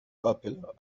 popular